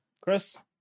Chris